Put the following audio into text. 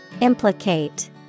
Implicate